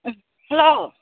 ꯎꯝ hello